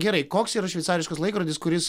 gerai koks yra šveicariškas laikrodis kuris